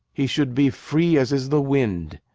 he should be free as is the wind.